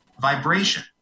vibration